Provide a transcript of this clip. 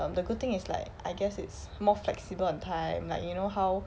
um the good thing is like I guess it's more flexible on time like you know how